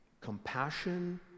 compassion